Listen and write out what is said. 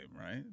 right